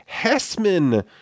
Hessman